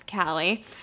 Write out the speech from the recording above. Callie